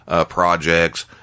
projects